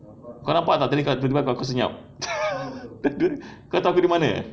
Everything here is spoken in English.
kau nampak tak tadi aku senyap kau tahu aku dari mana